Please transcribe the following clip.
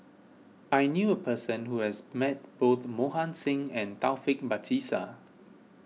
I knew a person who has met both Mohan Singh and Taufik Batisah